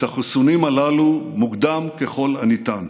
את החיסונים הללו מוקדם ככל הניתן.